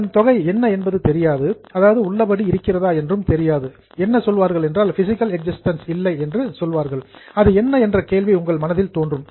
அதன் தொகை என்ன என்பதும் தெரியாது அது எக்ஸிஸ்டன்ஸ் நிச்சயமாக இருக்கிறதா என்றும் தெரியாது அது என்ன என்ற கேள்வி உங்கள் மனதில் தோன்றும்